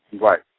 Right